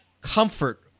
comfort